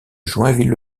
joinville